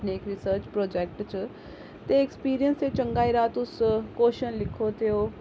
अपने इक research project च एक्सपीरियंस चंगा रेहा तुस कोश्चन लिखो ते इयां तुसेंगी